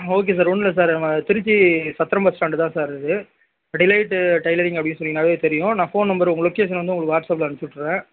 okay sir ஒன்றுல்ல sir நம்ம Trichy Chathiram bus stand தான் சார் இது டிலேட்டு டைலரிங் அப்படின் சொன்னிங்கனாவே தெரியும் நான் ஃபோன் நம்பர் உங்க லொக்கேஷன் வந்து உங்களுக்கு வாட்ஸ்அப்பில் அனுப்சுசிட்டுறேன்